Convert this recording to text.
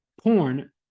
porn